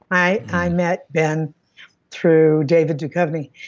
i i met ben through david duchovny,